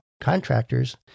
contractors